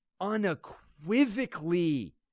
unequivocally